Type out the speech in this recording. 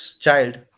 child